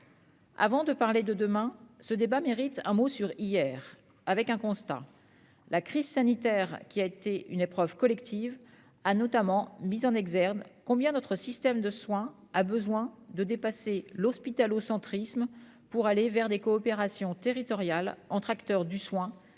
Avant de parler de demain, ce débat mérite un mot sur hier, avec un constat : la crise sanitaire, qui a été une épreuve collective, a notamment montré combien notre système de soins a besoin de dépasser l'hospitalo-centrisme pour aller vers des coopérations territoriales entre acteurs du soin et du